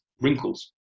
wrinkles